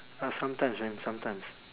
uh sometimes man sometimes